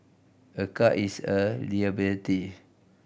a car is a liability